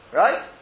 right